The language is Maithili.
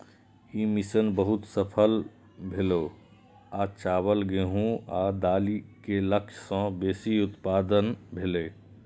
ई मिशन बहुत सफल भेलै आ चावल, गेहूं आ दालि के लक्ष्य सं बेसी उत्पादन भेलै